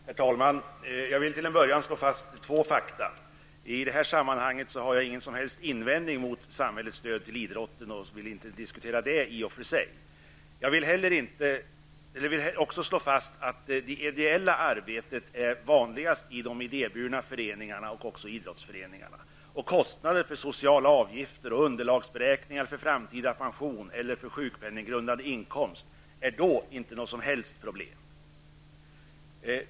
Herr talman! Jag vill till en början slå fast två fakta. I det här sammanhanget har jag ingen som helst invändning mot samhällets stöd till idrotten och vill inte diskutera det i och för sig. Jag vill också slå fast att det ideella arbetet är vanligast i idéburna föreningar och i idrottsföreningar. Kostnader för sociala avgifter och underlagsberäkningar för framtida pension eller för sjukpenninggrundande inkomster är då inte något som helst problem.